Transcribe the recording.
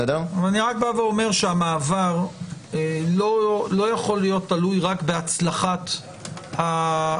אני רק בא ואומר שהמעבר לא יכול להיות תלוי רק בהצלחת הסיפור.